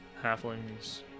halflings